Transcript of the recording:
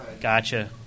Gotcha